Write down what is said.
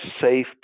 safe